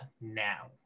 now